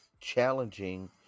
challenging